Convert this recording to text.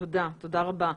תודה רבה.